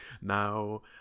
Now